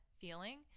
feeling